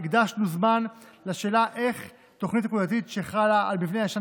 הקדשנו זמן רב לשאלה איך תוכנית נקודתית שחלה על מבנה ישן